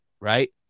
right